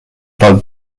bug